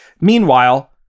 Meanwhile